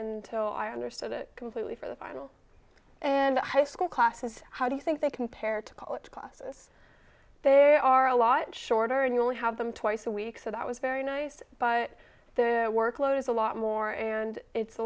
and till i understood it completely for the final and high school classes how do you think they compare to college classes they are a lot shorter and you only have them twice a week so that was very nice but the workload is a lot more and it's a